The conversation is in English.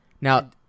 Now